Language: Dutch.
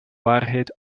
waarheid